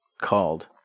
called